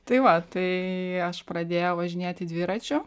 tai va tai aš pradėjau važinėti dviračiu